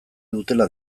dutela